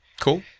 Cool